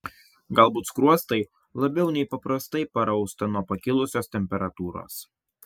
galbūt skruostai labiau nei paprastai parausta nuo pakilusios temperatūros